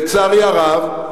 לצערי הרב,